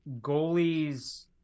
goalies